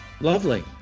lovely